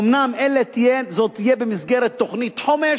אומנם זה יהיה במסגרת תוכנית חומש,